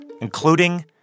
including